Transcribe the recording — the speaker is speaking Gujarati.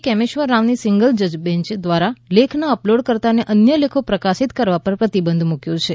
કેમેશ્વર રાવની સીંગલ જજ બેંચ દ્વારા લેખના અપલોડકર્તાને અન્ય લેખો પ્રકાશિત કરવા પર પ્રતિબંધ મૂક્યો છે